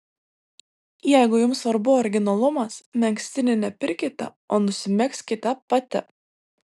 jeigu jums svarbu originalumas megztinį ne pirkite o nusimegzkite pati